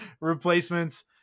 replacements